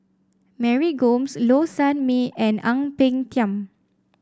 Mary Gomes Low Sanmay and Ang Peng Tiam